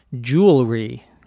jewelry